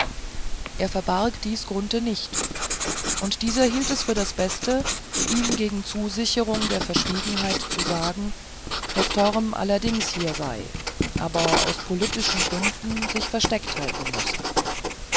er verbarg dies grunthe nicht und dieser hielt es für das beste ihm gegen zusicherung der verschwiegenheit zu sagen daß torm allerdings hier sei aber aus politischen gründen sich versteckt halten müsse